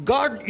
God